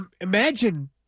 imagine